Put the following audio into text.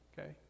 okay